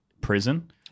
prison